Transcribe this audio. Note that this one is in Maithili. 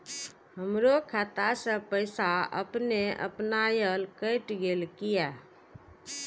हमरो खाता से पैसा अपने अपनायल केट गेल किया?